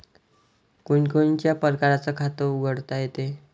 कोनच्या कोनच्या परकारं खात उघडता येते?